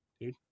dude